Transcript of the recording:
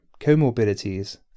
Comorbidities